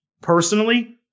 personally